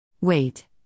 Wait